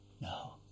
No